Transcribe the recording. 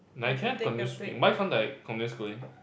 I can continue schooling why can't I continue schooling